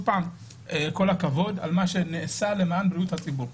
כל הכבוד על מה שנעשה למען בריאות הציבור.